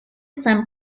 son